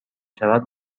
شود